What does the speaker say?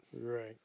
Right